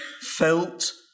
felt